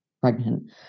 pregnant